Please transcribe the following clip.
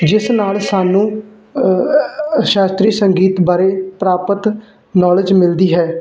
ਜਿਸ ਨਾਲ ਸਾਨੂੰ ਸ਼ਾਸਤਰੀ ਸੰਗੀਤ ਬਾਰੇ ਪ੍ਰਾਪਤ ਨੌਲੇਜ ਮਿਲਦੀ ਹੈ